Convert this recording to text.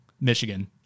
Michigan